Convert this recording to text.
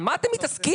על מה אתם מתעסקים?